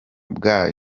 bwa